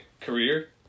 career